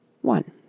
One